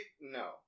no